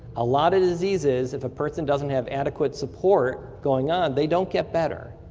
a lot of diseases, if a person doesn't have adequate support going on, they don't get better.